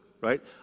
right